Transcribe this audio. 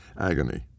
agony